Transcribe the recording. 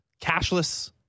cashless